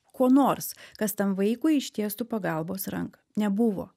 ko nors kas tam vaikui ištiestų pagalbos ranką nebuvo